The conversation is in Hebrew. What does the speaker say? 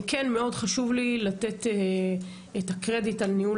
כן מאוד חשוב לי לתת את הקרדיט על ניהול